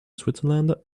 switzerland